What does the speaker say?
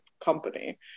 company